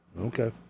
Okay